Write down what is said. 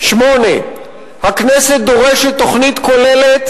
8. הכנסת דורשת תוכנית כוללת,